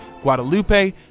Guadalupe